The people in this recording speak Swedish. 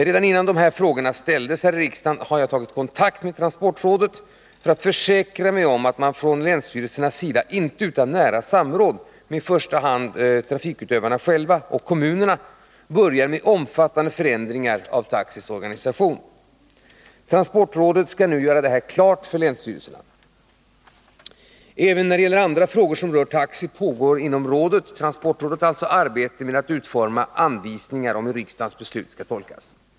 Redan innan dessa båda frågor ställdes i riksdagen tog jag kontakt med transportrådet för att försäkra mig om att man från länsstyrelsernas sida inte utan nära samråd med i första hand trafikutövarna och kommunerna börjar med omfattande förändringar av taxis organisation. Transportrådet kommer nu att göra detta klart för länsstyrelserna. Även beträffande andra frågor som rör taxi pågår inom transportrådet arbete med att utforma anvisningar om hur riksdagens beslut skall tolkas.